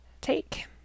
take